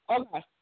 Okay